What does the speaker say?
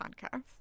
podcast